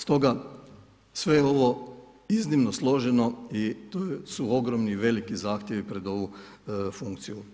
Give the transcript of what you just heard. Stoga sve je ovo iznimno složeno i to su ogromni i veliki zahtjevi pred ovu funkciju.